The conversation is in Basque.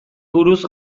buruz